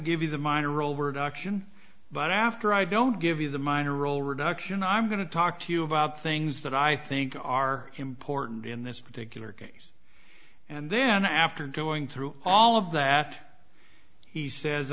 give you the minor role word auction but after i don't give you the minor role reduction i'm going to talk to you about things that i think are important in this particular case and then after going through all of that he says